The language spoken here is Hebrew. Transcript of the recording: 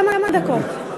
כמה דקות.